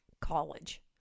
college